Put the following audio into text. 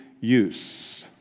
use